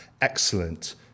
excellent